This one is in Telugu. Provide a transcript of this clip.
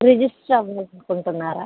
రిజిస్టర్ అవ్వాలి అనుకుంటున్నారా